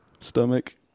Stomach